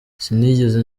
sinigeze